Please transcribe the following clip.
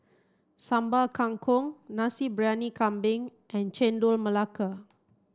Sambal Kangkong Nasi Briyani Kambing and Chendol Melaka